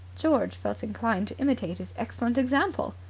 george felt inclined to imitate his excellent example.